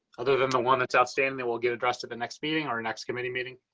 other than the one that's outstanding that will get addressed at the next meeting, or next committee meeting.